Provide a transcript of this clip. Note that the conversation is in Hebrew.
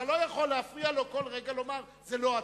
אתה לא יכול להפריע לו כל רגע ולומר: זה לא אתה.